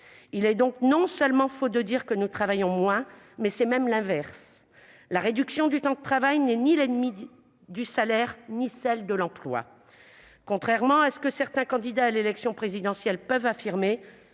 Il est donc non seulement faux de dire que nous travaillons moins, mais c'est même l'inverse ! La réduction du temps de travail n'est ni l'ennemie du salaire ni celle de l'emploi. Contrairement à ce que certains candidats à l'élection présidentielle peuvent affirmer,